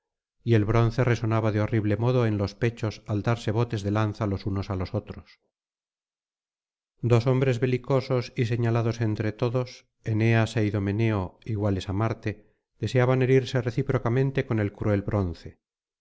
y el bronce resonaba de horrible modo en los pechos al darse botes de lanza los unos á los otros dos hombres belicosos y señalados entre todos eneas é idomeneo iguales á marte deseaban herirse recíprocamente con el cruel bronce